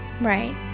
Right